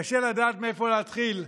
קשה לדעת מאיפה להתחיל,